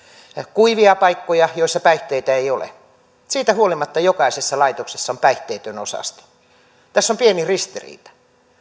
kuivia paikkoja joissa päihteitä ei ole siitä huolimatta jokaisessa laitoksessa on päihteetön osasto tässä on pieni ristiriita